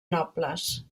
nobles